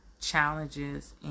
challenges